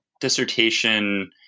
dissertation